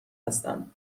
هستم